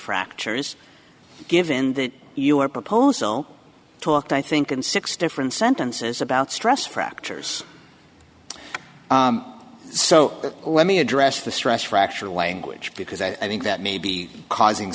fractures given that your proposal talked i think in six different sentences about stress fractures so let me address the stress fracture language because i think that may be causing